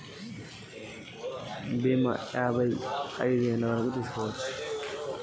బీమా ఎన్ని ఏండ్ల నుండి తీసుకోవచ్చు?